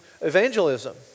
evangelism